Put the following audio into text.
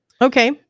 Okay